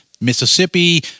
Mississippi